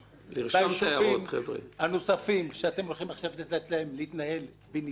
בישובים הנוספים שאתם הולכים לתת להם להתנהל בנפרד,